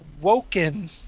Woken